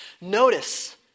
Notice